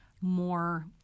more